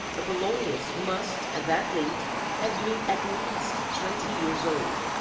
apollonius must at that date have been at least twenty years old.